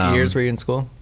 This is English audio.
um years were you in school?